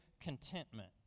contentment